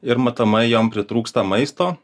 ir matomai jom pritrūksta maisto